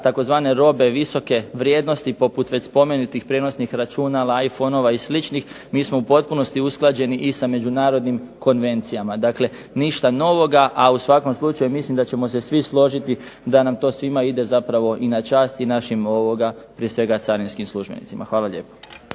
tzv. robe visoke vrijednosti poput već spomenutih prijenosnih računala, I-phonova i sl., mi smo u potpunosti usklađeni i sa međunarodnim konvencijama. Dakle, ništa novoga, a u svakom slučaju mislim da ćemo se svi složiti da nam to svima ide zapravo i na čast i našim, prije svega, carinskim službenicima. Hvala lijepo.